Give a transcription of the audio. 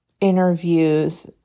interviews